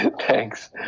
Thanks